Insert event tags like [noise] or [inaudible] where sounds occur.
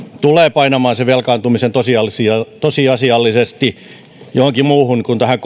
tulee painamaan sen velkaantumisen tosiasiallisesti johonkin muuhun kuin tähän [unintelligible]